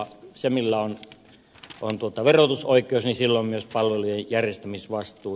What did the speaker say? sillä millä on verotusoikeus on myös palvelujen järjestämisvastuu